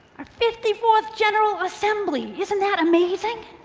our fifty fourth general assembly. isn't that amazing?